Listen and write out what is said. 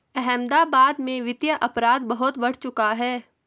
अहमदाबाद में वित्तीय अपराध बहुत बढ़ चुका है